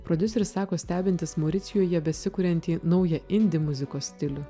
prodiuseris sako stebintis mauricijuje besikuriantį naują indi muzikos stilių